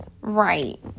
Right